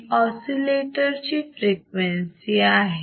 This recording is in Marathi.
ही ऑसिलेटर ची फ्रिक्वेन्सी आहे